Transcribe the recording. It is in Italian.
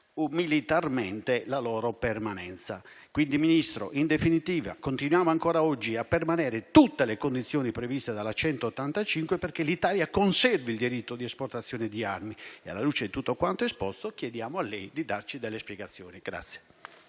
militarmente la loro permanenza. Ministro, in definitiva, continuano ancora oggi a permanere tutte le condizioni previste dalla legge n. 185 perché l'Italia conservi il diritto di esportazione di armi e, alla luce di tutto quanto esposto, chiediamo a lei di darci delle spiegazioni.